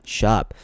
shop